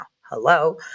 Hello